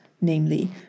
namely